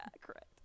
correct